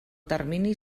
termini